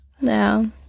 No